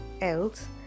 else